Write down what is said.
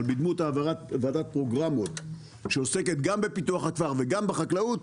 אבל בדמות העברת ועדת פרוגרמות שעוסקת גם בפיתוח הכפר וגם בחקלאות